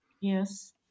Yes